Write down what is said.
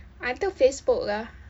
until facebook lah